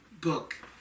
book